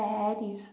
Paris